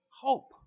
hope